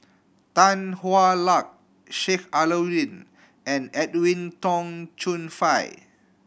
Tan Hwa Luck Sheik Alau'ddin and Edwin Tong Chun Fai